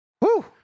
Woo